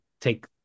take